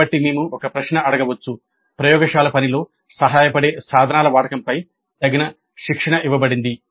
కాబట్టి మేము ప్రశ్న అడగవచ్చు ప్రయోగశాల పనిలో సహాయపడే సాధనాల వాడకంపై తగిన శిక్షణ ఇవ్వబడింది